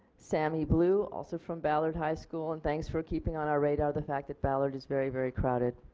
sammy blue also from ballard high school and thanks for keeping on our radar the fact that ballard is very very crowded.